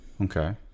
Okay